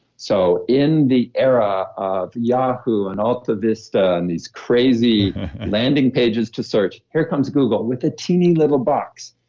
so in the era of yahoo and altavista and these crazy landing pages to search, here comes google with a teeny little box,